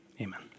amen